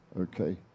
Okay